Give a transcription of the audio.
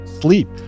sleep